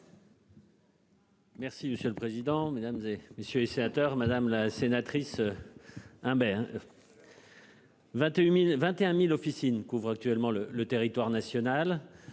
Merci monsieur le président, Mesdames, et messieurs les sénateurs, madame la sénatrice. Hein ben. 21.021 1000 officines couvre actuellement le le territoire national.